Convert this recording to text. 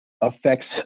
affects